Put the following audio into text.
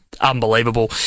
unbelievable